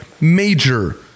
major